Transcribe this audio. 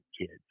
kids